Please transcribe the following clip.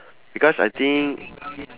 because I think